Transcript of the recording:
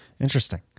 interesting